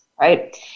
right